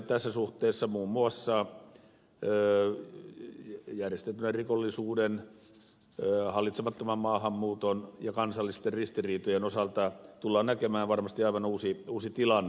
tässä suhteessa muun muassa järjestäytyneen rikollisuuden hallitsemattoman maahanmuuton ja kansallisten ristiriitojen osalta tullaan näkemään varmasti aivan uusi tilanne